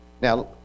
Now